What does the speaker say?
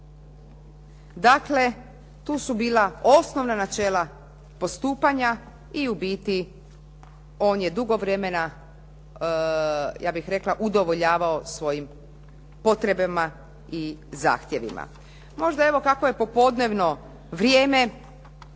Dakle, tu su bila osnovna načela postupanja i u biti on je dugo vremena ja bih rekla udovoljavao svojim potrebama i zahtjevima. Možda evo kako je popodnevno vrijeme